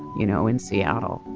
you know, in seattle.